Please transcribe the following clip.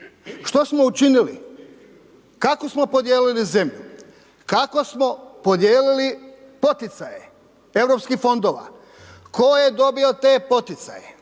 što smo učinili, kako smo podijelili zemlju, kako smo podijelili poticaje europskih fondova, tko je dobio te poticaje,